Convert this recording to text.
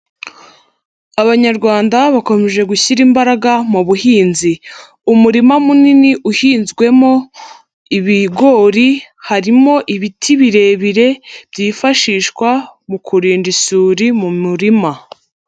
Abanyarwanda bakomeje gushyira imbaraga mu buhinzi, umurima munini uhinzwemo ibigori harimo ibiti birebire byifashishwa mu kurinda isuri mu mirima.